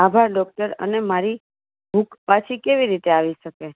આભાર ડોક્ટર અને મારી ભૂખ પાછી કેવી રીતે આવી શકે